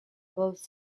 both